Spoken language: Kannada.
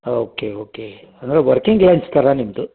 ಓಕೆ ಓಕೆ ಅಂದರೆ ವರ್ಕಿಂಗ್ ಲಂಚ್ ಥರ ನಿಮ್ಮದು